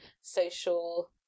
social